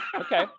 Okay